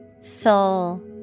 Soul